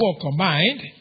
combined